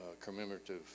commemorative